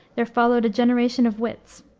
there followed a generation of wits,